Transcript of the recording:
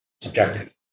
subjective